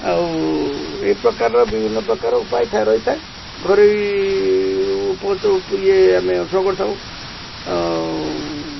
ଆଉ ଏ ପ୍ରକାରର ବିଭିନ୍ନ ପ୍ରକାର ଉପାୟ ଥାଏ ରହିଥାଏ ଘରୋଇ ଆମେ କରିଥାଉ ଆଉ